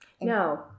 No